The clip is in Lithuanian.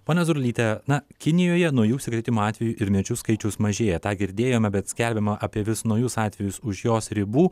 ponia zurlyte na kinijoje naujų užsikrėtimo atvejų ir mirčių skaičius mažėja tą girdėjome bet skelbiama apie vis naujus atvejus už jos ribų